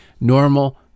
normal